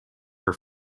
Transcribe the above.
her